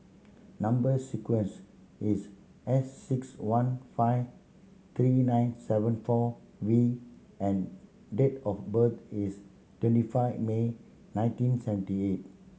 number sequence is S six one five three nine seven four V and date of birth is twenty five May nineteen seventy eight